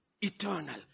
eternal